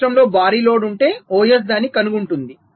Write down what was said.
సిస్టమ్లో భారీ లోడ్ ఉంటే OS దాన్ని కనుగొంటుంది